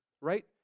Right